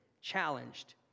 challenged